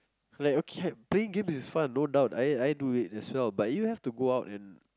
like a cafe game is fun no doubt I I do it as well but you have to go out and